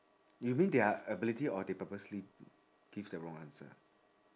you mean their ability or they purposely give the wrong answer